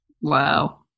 Wow